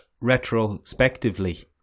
retrospectively